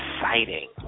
exciting